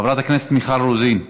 חברת הכנסת מיכל רוזין,